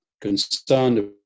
concerned